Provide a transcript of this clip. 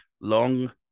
long